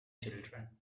children